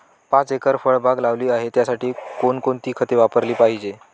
पाच एकर फळबाग लावली आहे, त्यासाठी कोणकोणती खते वापरली पाहिजे?